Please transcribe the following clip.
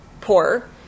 poor